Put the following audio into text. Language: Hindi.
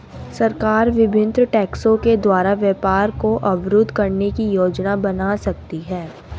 सरकार विभिन्न टैक्सों के द्वारा व्यापार को अवरुद्ध करने की योजना बना सकती है